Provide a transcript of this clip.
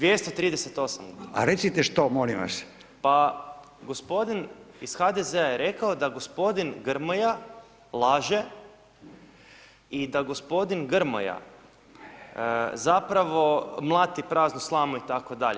238 [[Upadica Radin: A recite što molim vas?]] Pa gospodin iz HDZ je rekao da gospodin Grmoja laže i da gospodin Grmoja zapravo mlati praznu slamu itd.